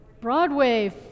Broadway